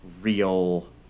real